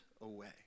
away